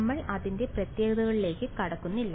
നമ്മൾ അതിന്റെ പ്രത്യേകതകളിലേക്ക് കടക്കുന്നില്ല